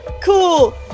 Cool